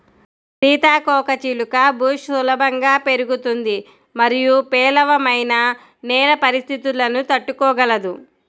సీతాకోకచిలుక బుష్ సులభంగా పెరుగుతుంది మరియు పేలవమైన నేల పరిస్థితులను తట్టుకోగలదు